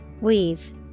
Weave